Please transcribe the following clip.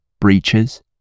breeches